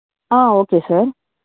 okay sir